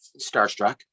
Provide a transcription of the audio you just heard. starstruck